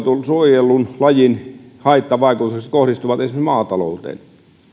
suojellun lajin haittavaikutukset kohdistuvat esimerkiksi maatalouteen